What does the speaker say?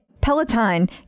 Peloton